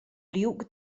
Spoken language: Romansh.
liug